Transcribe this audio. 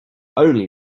only